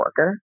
worker